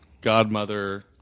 Godmother